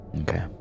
Okay